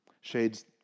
Shades